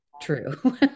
true